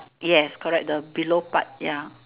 yes correct the below part ya